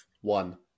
One